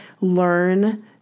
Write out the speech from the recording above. learn